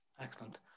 Excellent